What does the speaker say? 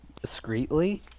discreetly